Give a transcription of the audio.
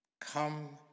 Come